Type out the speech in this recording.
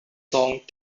song